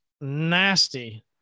nasty